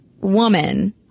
woman